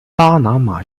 巴拿马